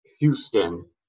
Houston